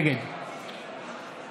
נגד